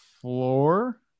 floor